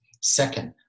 Second